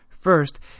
First